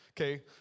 okay